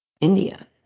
India